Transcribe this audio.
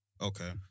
Okay